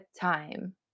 time